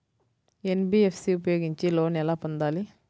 NBFC ఉపయోగించి loan ఎలా పొందాలి?